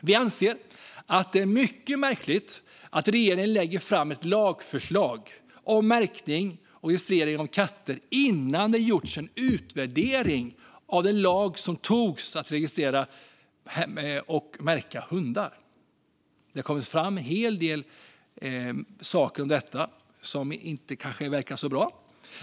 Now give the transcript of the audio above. Vi anser att det är mycket märkligt att regeringen lägger fram ett lagförslag om märkning och registrering av katter innan det gjorts en utvärdering av den lag som införts om att registrera och märka hundar. Det har kommit fram en hel del om detta som inte verkar så bra.